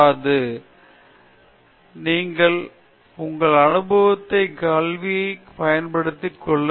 பேராசிரியர் பிரதாப் ஹரிதாஸ் சரி நீங்கள் உங்கள் அனுபவத்தையும் கல்வியையும் பயன்படுத்திக் கொள்ளுங்கள்